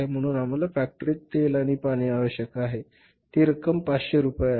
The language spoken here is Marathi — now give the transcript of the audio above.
म्हणून आम्हाला फॅक्टरीत तेल आणि पाणी आवश्यक आहे आणि ती रक्कम 500 रुपये आहे